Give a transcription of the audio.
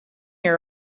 your